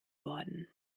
worden